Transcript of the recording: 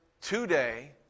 today